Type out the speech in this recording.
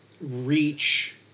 reach